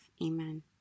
Amen